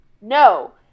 No